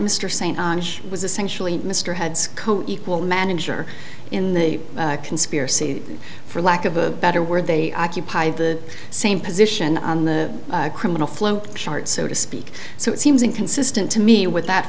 st was essentially mr heads coequal manager in the conspiracy for lack of a better word they occupy the same position on the criminal flow chart so to speak so it seems inconsistent to me with that